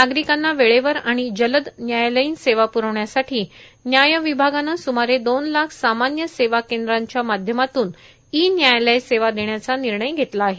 नागरिकांना वेळेवर आणि जलद न्यायालयीन सेवा प्रवण्यासाठी न्याय विभागानं सुमारे दोन लाख सामान्य सेवा केंद्रांच्या माध्यमातून ई न्यायालय सेवा देण्याचा निर्णय घेतला आहे